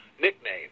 nickname